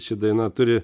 ši daina turi